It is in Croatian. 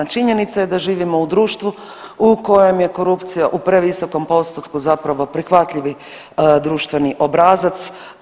Činjenica je da živimo u društvu u kojem je korupcija u previsokom postotku zapravo prihvatljivi društveni obrazac.